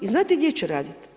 I znate gdje će raditi?